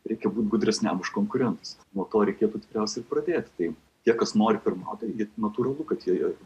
reikia būt gudresniam už konkurentus nuo to reikėtų tikriausiai ir pradėti kai tie kas nori pirmauti tai natūralu kad jie